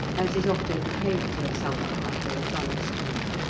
as is often the case in summer after a thunderstorm.